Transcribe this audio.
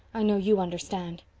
i know you understand.